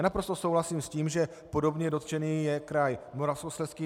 Naprosto souhlasím s tím, že podobně dotčený je i kraj Moravskoslezský.